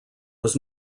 was